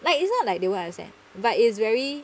like it's not like they won't understand but is very